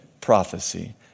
prophecy